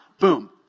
boom